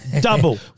Double